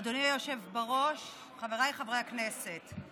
אדוני היושב בראש, חבריי חברי הכנסת,